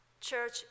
Church